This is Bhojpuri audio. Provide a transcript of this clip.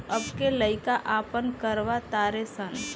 अब के लइका आपन करवा तारे सन